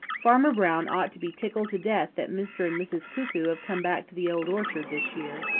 farmer brown ought to be tickled to death that mr. and mrs. cuckoo have come back to the old orchard this year.